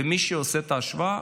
ומי שעושה את ההשוואה,